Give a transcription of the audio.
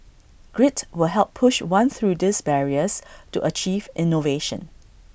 grit will help push one through these barriers to achieve innovation